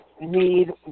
need